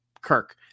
Kirk